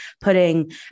putting